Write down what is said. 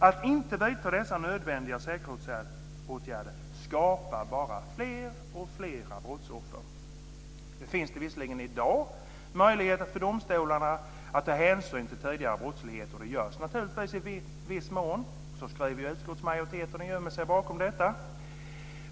Att inte vidta dessa nödvändiga säkerhetsåtgärder skapar bara fler och fler brottsoffer. Det finns visserligen i dag möjligheter för domstolarna att ta hänsyn till tidigare brottslighet, och det görs naturligtvis i viss mån. Så skriver utskottsmajoriteten och gömmer sig bakom det.